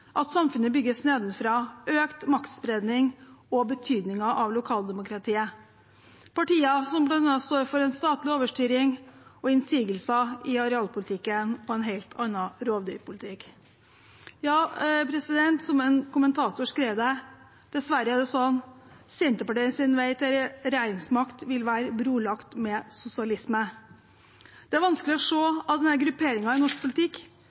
at samfunnet bygges nedenfra, økt maktspredning og betydningen av lokaldemokratiet, partier som bl.a. står for statlig overstyring og innsigelser i arealpolitikken og en helt annen rovdyrpolitikk. Som en kommentator skrev det: Dessverre er det sånn at Senterpartiets vei til regjeringsmakt vil være brolagt med sosialisme. Det er vanskelig å se at denne grupperingen i norsk politikk